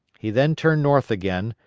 he then turned north again,